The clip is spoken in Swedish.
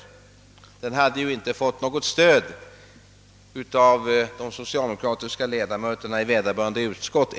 Den hade ju inte fått något stöd ens av de socialdemokratiska ledamöterna av vederbörande utskott.